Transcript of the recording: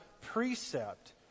precept